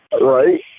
Right